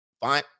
Fine